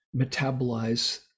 metabolize